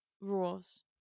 rules